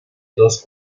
dos